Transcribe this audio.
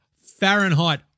Fahrenheit